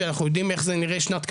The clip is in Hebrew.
ואנחנו יודעים איך נראית שנת קמפיין,